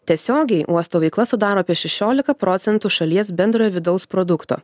tiesiogiai uosto veikla sudaro apie šešiolika procentų šalies bendrojo vidaus produkto